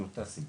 מאותה סיבה,